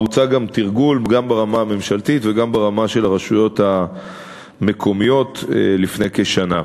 בוצע תרגול גם ברמה הממשלתית וגם ברמה של הרשויות המקומיות לפני כשנה.